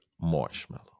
marshmallow